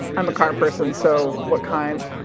i'm a car person so, what kind?